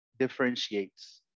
differentiates